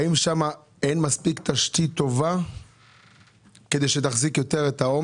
האם אין שם תשתית מספיק טובה שתחזיק את העומס?